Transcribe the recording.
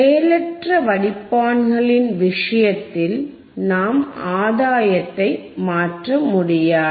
செயலற்ற வடிப்பான்களின் விஷயத்தில் நாம் ஆதாயத்தை மாற்ற முடியாது